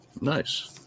Nice